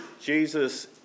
Jesus